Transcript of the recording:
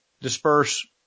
disperse